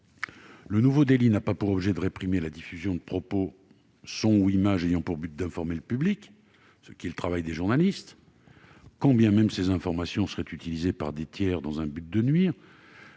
le nouveau délit n'a pas pour objet de réprimer la diffusion de propos, sons ou images ayant pour objet d'informer le public- c'est le travail des journalistes -, quand bien même ces informations seraient utilisées par des tiers dans le but de nuire.